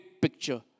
picture